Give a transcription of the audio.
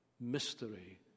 mystery